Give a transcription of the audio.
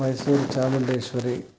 Mysuru Chamundeshwari